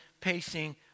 pacing